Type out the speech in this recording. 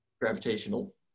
gravitational